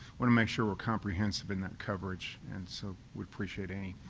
want to make sure we're comprehensive in the coverage and so we appreciate any